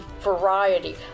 variety